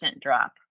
drop